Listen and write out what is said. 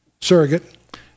surrogate